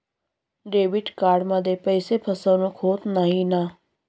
Debit कार्डमध्ये पैसे फसवणूक होत नाही ना?